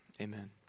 amen